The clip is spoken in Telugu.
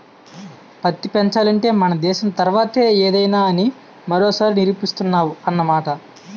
పత్తి పెంచాలంటే మన దేశం తర్వాతే ఏదైనా అని మరోసారి నిరూపిస్తున్నావ్ అన్నమాట